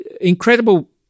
incredible